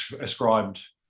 ascribed